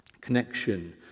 connection